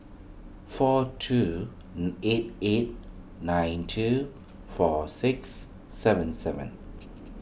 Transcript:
four two eight eight nine two four six seven seven